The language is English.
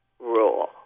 rule